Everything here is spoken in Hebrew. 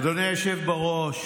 אדוני היושב בראש,